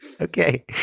Okay